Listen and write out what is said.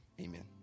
amen